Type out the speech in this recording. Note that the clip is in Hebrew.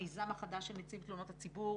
המיזם החדש של נציב תלונות הציבור,